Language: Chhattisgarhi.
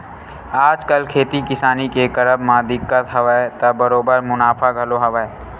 आजकल खेती किसानी के करब म दिक्कत हवय त बरोबर मुनाफा घलो हवय